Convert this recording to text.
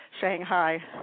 Shanghai